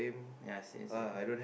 ya same same